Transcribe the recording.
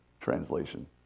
translation